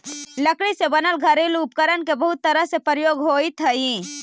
लकड़ी से बनल घरेलू उपकरण के बहुत तरह से प्रयोग होइत हइ